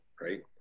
right